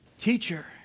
teacher